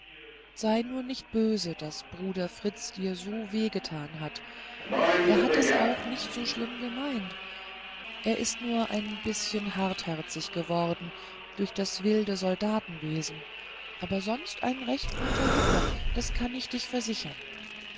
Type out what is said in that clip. sei nur nicht böse daß bruder fritz dir so wehe getan hat er hat es auch nicht so schlimm gemeint er ist nur ein bißchen hartherzig geworden durch das wilde soldatenwesen aber sonst ein recht guter junge das kann ich dich versichern